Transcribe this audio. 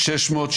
זה הכול,